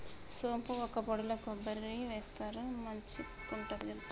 సోంపు వక్కపొడిల కొబ్బరి వేస్తారు మంచికుంటది రుచి